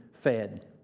fed